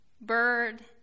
bird